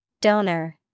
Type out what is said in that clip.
Donor